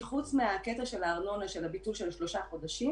חוץ מהארנונה, הביטול של השלושה חודשים